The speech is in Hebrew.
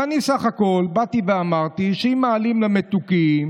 ואני בסך הכול באתי ואמרתי שאם מעלים במתוקים,